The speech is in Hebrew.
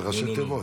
זה ראשי תיבות.